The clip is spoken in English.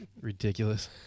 Ridiculous